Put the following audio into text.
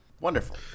wonderful